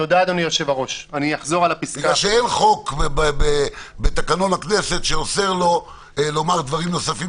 אין חוק בתקנון הכנסת שאוסר לו לומר דברים נוספים